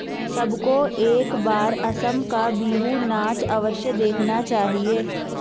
सबको एक बार असम का बिहू नाच अवश्य देखना चाहिए